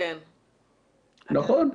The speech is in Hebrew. נכון.